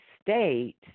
state